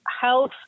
health